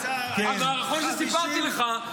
המערכון שסיפרתי לך,